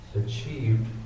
achieved